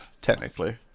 technically